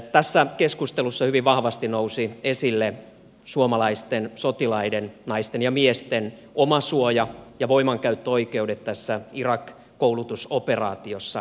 tässä keskustelussa hyvin vahvasti nousi esille suomalaisten sotilaiden naisten ja miesten omasuoja ja voimankäyttöoikeudet tässä irak koulutusoperaatiossa